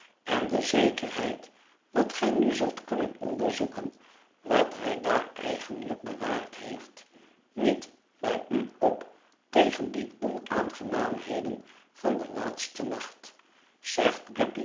en de zekerheid dat gij nu zult kunnen onderzoeken wat hij daar eigenlijk bewaard heeft niet bij u op tegen die onaangenaamheden van den laatsten nacht zegt